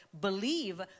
believe